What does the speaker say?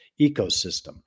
ecosystem